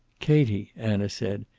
katie, anna said,